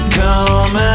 come